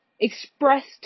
expressed